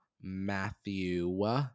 Matthew